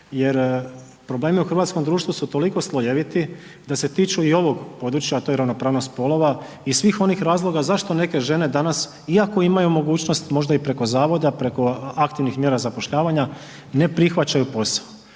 jer problemi u hrvatskom društvu su toliko slojeviti da se tiču i ovog područja, a to je ravnopravnost spolova i svih onih razloga zašto neke žene danas iako imaju mogućnost možda i preko zavoda, preko aktivnih mjera zapošljavanja ne prihvaćaju posao.